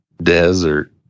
Desert